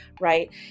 Right